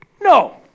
No